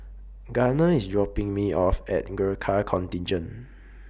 Gunner IS dropping Me off At Gurkha Contingent